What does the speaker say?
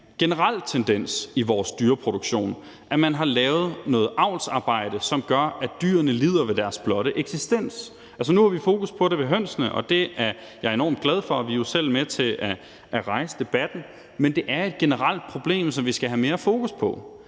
generel tendens i vores dyreproduktion, at man har lavet noget avlsarbejde, som gør, at dyrene lider ved deres blotte eksistens. Nu har vi fokus på det hos hønsene, og det er jeg enormt glad for, og vi er jo selv med til at rejse debatten, men det er et generelt problem, som vi skal have mere fokus på.